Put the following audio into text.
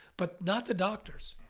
but not the doctors.